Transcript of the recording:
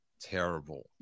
terrible